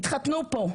התחתנו פה.